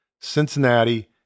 Cincinnati